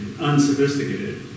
unsophisticated